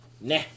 Nah